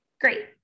Great